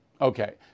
Okay